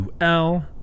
UL